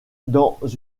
dans